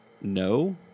No